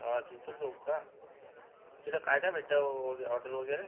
हां चिंचोले चौक का तिथं काय काय भेटतं ओजे ऑडर वगैरे